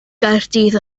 gaerdydd